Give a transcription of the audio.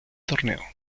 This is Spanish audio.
torneo